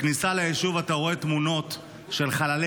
בכניסה ליישוב אתה רואה תמונות של חללי